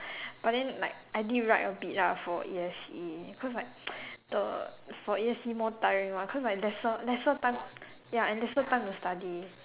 but then like I did write a bit lah for A_S_E cause like the for A_S_E more tiring what cause like lesser lesser time ya and lesser time to study